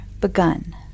begun